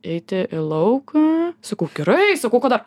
eiti į lauką sakau gerai sakau kada